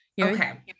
Okay